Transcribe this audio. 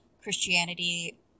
Christianity